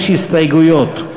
יש הסתייגויות.